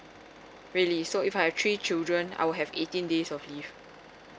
really so if I have three children I'll have eighteen days of leave